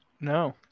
No